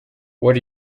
what